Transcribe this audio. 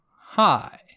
Hi